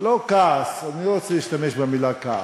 לא בכעס, אני לא רוצה להשתמש במילה כעס,